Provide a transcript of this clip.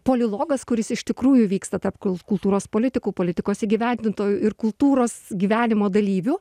polilogas kuris iš tikrųjų vyksta tarp kul kultūros politikų politikos įgyvendintojų ir kultūros gyvenimo dalyvių